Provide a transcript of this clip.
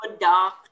dark